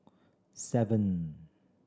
seven